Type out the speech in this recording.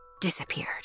disappeared